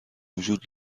وجود